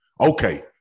Okay